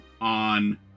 on